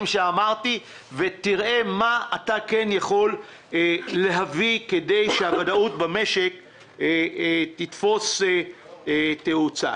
שאמרתי ותראה מה אתה כן יכול להביא כדי שהוודאות במשק תתפוס תאוצה.